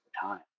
time